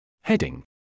Heading